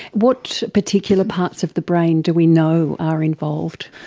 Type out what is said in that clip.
what particular parts of the brain do we know are involved?